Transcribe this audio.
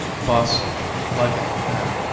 bosola, like an old man,